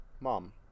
mom